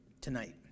tonight